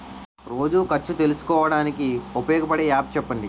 రోజు ఖర్చు తెలుసుకోవడానికి ఉపయోగపడే యాప్ చెప్పండీ?